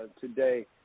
today